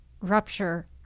rupture